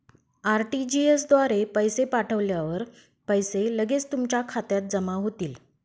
RTGS द्वारे पैसे पाठवल्यावर पैसे लगेच तुमच्या खात्यात जमा होतील